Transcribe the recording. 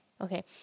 okay